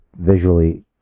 Visually